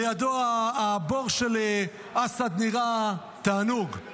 לידו הבור של אסד נראה תענוג.